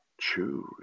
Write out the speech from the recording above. choose